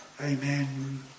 Amen